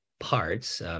Parts